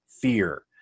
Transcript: fear